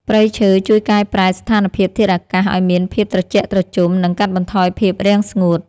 ព្រៃឈើជួយកែប្រែស្ថានភាពធាតុអាកាសឱ្យមានភាពត្រជាក់ត្រជុំ និងកាត់បន្ថយភាពរាំងស្ងួត។